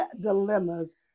Dilemmas